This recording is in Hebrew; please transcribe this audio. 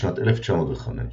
בשנת 1905,